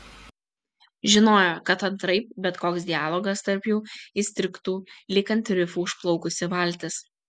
žinojo kad antraip bet koks dialogas tarp jų įstrigtų lyg ant rifų užplaukusi valtis